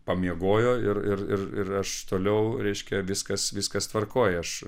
pamiegojo ir ir ir aš toliau reiškia viskas viskas tvarkoj aš